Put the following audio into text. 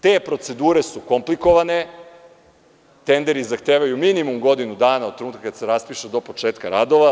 Te procedure su komplikovane, tenderi zahtevaju minimum godinu dana od trenutka kada se raspiše do početka radova.